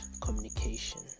communication